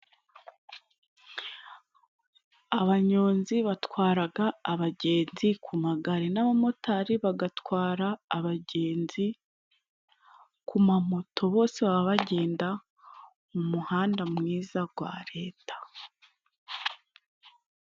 Abanyonzi batwaraga abagenzi ku magare. N'abamotari bagatwara abagenzi kuma moto .Bose baba bagenda mu muhanda mwiza gwa leta.